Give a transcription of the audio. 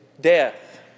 death